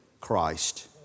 Christ